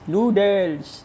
Noodles